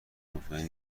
مطمئن